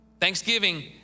Thanksgiving